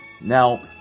Now